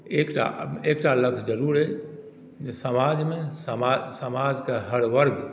एकटा एकटा लक्ष्य जरूर अछि जे समाजमे समा समाजके हर वर्ग